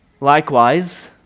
Likewise